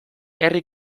herri